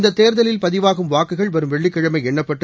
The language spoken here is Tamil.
இந்த தேர்தலில் பதிவாகும் வாக்குகள் வரும் வெள்ளிக்கிழமை எண்ணப்பட்டு